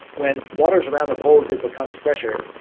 when waters around the poles had become fresher,